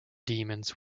demos